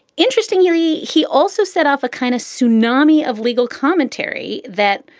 interestingly, he also set off a kind of sue nami of legal commentary that,